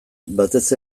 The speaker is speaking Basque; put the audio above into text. batez